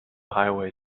highway